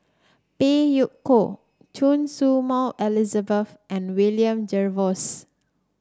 Phey Yew Kok Choy Su Moi Elizabeth and William Jervois